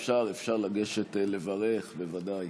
אפשר, אפשר לגשת לברך, בוודאי.